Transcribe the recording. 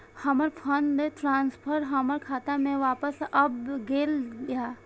हमर fund transfer हमर खाता में वापस आब गेल या